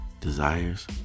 desires